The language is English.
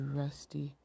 rusty